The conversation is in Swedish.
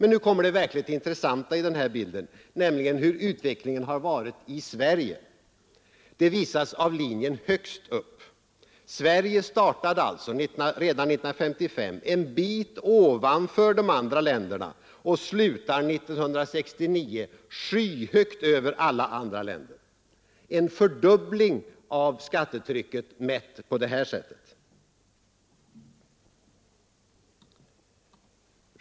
Nu ———— kommer det verkligt intressanta i denna bild, nämligen hur utvecklingen Allmänpolitisk har varit i Sverige. Det visas av linjen högst upp. Sverige startade alltså debatt redan 1955 en bit ovanför de andra länderna och slutade 1969 skyhögt över alla andra länder — en fördubbling av skattetrycket mätt på detta sätt.